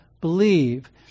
believe